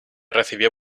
recibió